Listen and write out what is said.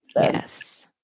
Yes